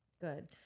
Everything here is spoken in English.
Good